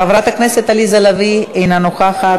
חברת הכנסת עליזה לביא, אינה נוכחת.